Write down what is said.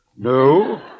No